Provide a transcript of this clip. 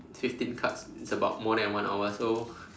fifteen cards it's about more than one hour so